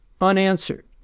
unanswered